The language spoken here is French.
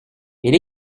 elle